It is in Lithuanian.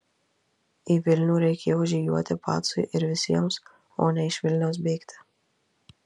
į vilnių reikėjo žygiuoti pacui ir visiems o ne iš vilniaus bėgti